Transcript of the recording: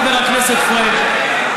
חבר הכנסת פריג',